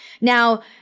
Now